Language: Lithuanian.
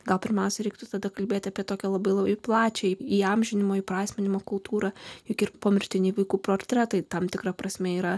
gal pirmiausia reiktų tada kalbėti apie tokią labai labai plačiai įamžinimo įprasminimo kultūrą juk ir pomirtiniai vaikų portretai tam tikra prasme yra